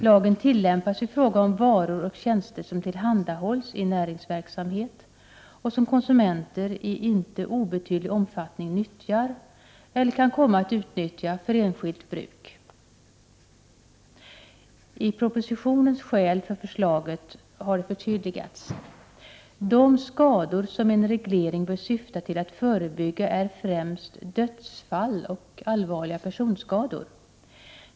——— Lagen tillämpas i fråga om varor och tjänster som tillhandahålls i näringsverksamhet och som konsumenter i inte obetydlig omfattning utnyttjar eller kan komma att utnyttja för enskilt bruk.” I propositionen har skälen för förslaget förtydligats: ”De skador som en reglering bör syfta till att förebygga är främst dödsfall och allvarliga personskador.